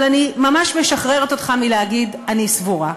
אבל אני ממש משחררת אותך מלהגיד: אני סבורה.